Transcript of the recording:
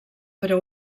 però